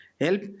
help